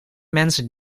mensen